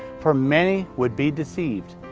for many would be deceived.